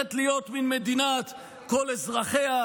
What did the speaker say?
הופכת להיות מין מדינת כל אזרחיה,